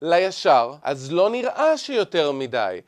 לישר, אז לא נראה שיותר מדי